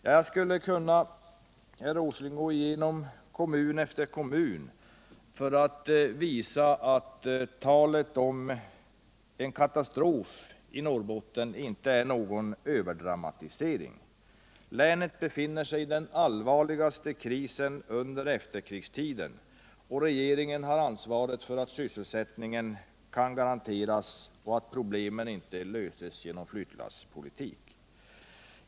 Jag skulle kunna gå igenom kommun efter kommun och visa att talet om en katastrof i Norrbotten inte är någon överdramatisering. Länet befinner sig i sin allvarligaste kris under efterkrigstiden, och regeringen har ansvaret för att sysselsättning kan garanteras och att problemen inte löses genom flyttlasspolitik.